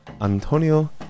Antonio